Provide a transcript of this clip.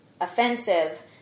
offensive